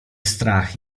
strach